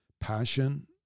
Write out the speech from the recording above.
passion